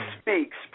speaks